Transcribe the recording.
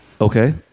Okay